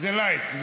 זה לייט?